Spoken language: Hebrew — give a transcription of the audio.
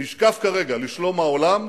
שנשקף כרגע לשלום העולם,